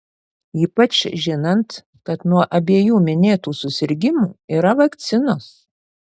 ypač žinant kad nuo abiejų minėtų susirgimų yra vakcinos